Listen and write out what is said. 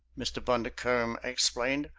mr. bundercombe explained,